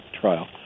trial